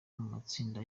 matsinda